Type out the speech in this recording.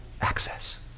access